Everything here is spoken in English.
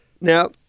Now